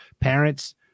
parents